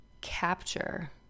capture